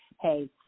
hey